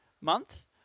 month